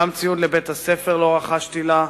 גם ציוד לבית-הספר לא רכשתי לה.